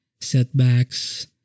setbacks